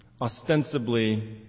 ostensibly